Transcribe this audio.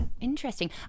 interesting